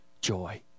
joy